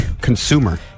consumer